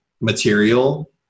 material